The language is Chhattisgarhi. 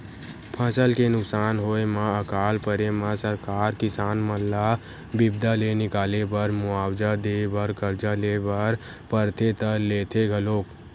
फसल के नुकसान होय म अकाल परे म सरकार किसान मन ल बिपदा ले निकाले बर मुवाजा देय बर करजा ले बर परथे त लेथे घलोक